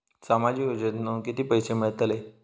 सामाजिक योजनेतून किती पैसे मिळतले?